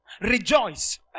Rejoice